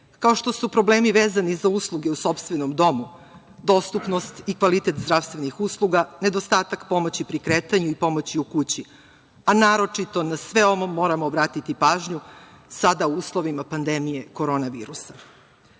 kao što su problemi vezani za usluge u sopstvenom domu, dostupnost i kvalitet zdravstvenih usluga, nedostatak pomoći pri kretanju i pomoći u kući, a naročito na sve ovo moramo obratiti pažnju sada u uslovima pandemije korona